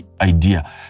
idea